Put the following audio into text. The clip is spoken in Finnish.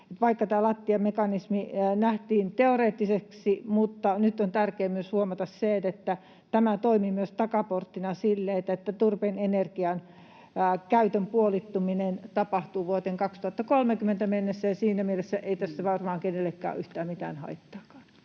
lattiahintamekanismi nähtiin teoreettiseksi, niin nyt on tärkeää myös huomata se, että tämä toimii myös takaporttina sille, että turpeen energiakäytön puolittuminen tapahtuu vuoteen 2030 mennessä, ja siinä mielessä ei tästä varmaan ole kenellekään yhtään mitään haittaakaan.